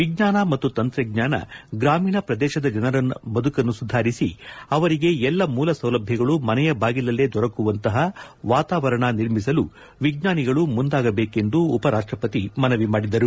ವಿಜ್ಞಾನ ಮತ್ತು ತಂತ್ರಜ್ಞಾನ ಗ್ರಾಮೀಣ ಪ್ರದೇಶದ ಜನರ ಬದುಕನ್ನು ಸುಧಾರಿಸಿ ಅವರಿಗೆ ಎಲ್ಲಾ ಮೂಲ ಸೌಲಭ್ಞಗಳು ಮನೆಯ ಬಾಗಿಲಲ್ಲೇ ದೊರಕುವಂತಪ ವಾತಾವರಣ ನಿರ್ಮಿಸಲು ವಿಜ್ವಾನಿಗಳು ಮುಂದಾಗಬೇಕೆಂದು ಉಪರಾಷ್ಷಪತಿ ಮನವಿ ಮಾಡಿದರು